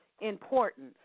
important